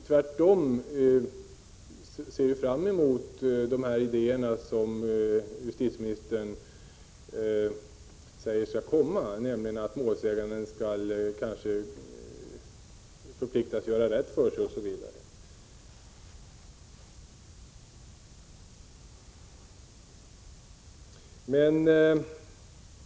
Tvärtom ser jag fram emot de förbättringar som justitieministern säger skall komma, nämligen att målsäganden skall förpliktas göra rätt för sig, osv.